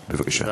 בבקשה.